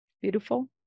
beautiful